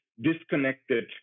disconnected